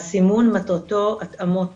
הסימון מטרתו התאמות